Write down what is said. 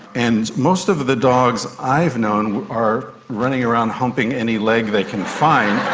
and most of the dogs i've known are running around humping any leg they can find,